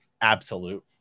absolute